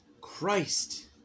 Christ